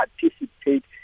participate